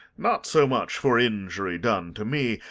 not so much for injury done to me,